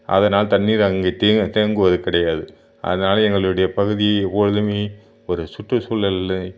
அதனால் தண்ணீர் அங்கு தேங்கு தேங்குவது கிடையாது அதனால் எங்களுடைய பகுதி எப்போத ஒரு சுற்றுச்சூழல்